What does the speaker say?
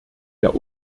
der